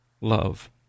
love